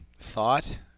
thought